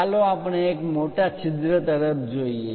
ચાલો આપણે એક મોટા છિદ્ર તરફ જોઈએ